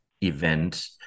event